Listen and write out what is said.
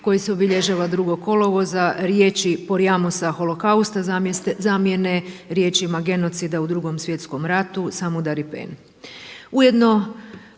koji se obilježava 2. kolovoza riječi Porajmosa, Holokausta zamijene riječima genocida u Drugom svjetskom ratu Samudaripen.